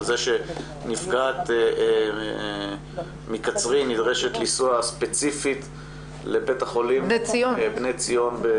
על זה שנפגעת מקצרין נדרשת לנסוע ספציפית לבית החולים בני ציון.